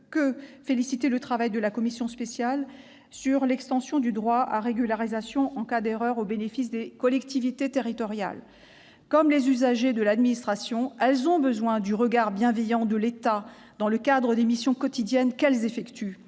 que féliciter la commission spéciale pour son travail sur l'extension du droit à régularisation en cas d'erreur au bénéfice des collectivités territoriales. Comme les usagers de l'administration, elles ont besoin du regard bienveillant de l'État dans le cadre des missions quotidiennes qu'elles effectuent.